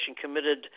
committed